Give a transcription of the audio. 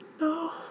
No